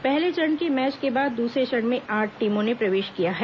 पहले चरण के मैच के बाद दूसरे चरण में आठ टीमों ने प्रवेश किया है